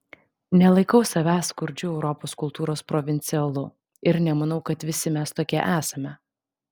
nelaikau savęs skurdžiu europos kultūros provincialu ir nemanau kad visi mes tokie esame